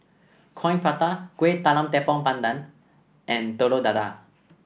Coin Prata Kueh Talam Tepong Pandan and Telur Dadah